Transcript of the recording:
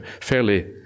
Fairly